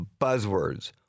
buzzwords